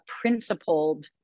principled